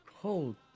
cold